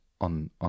on